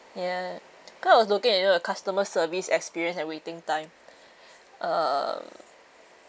ya because I was looking at the customer service experience and waiting time uh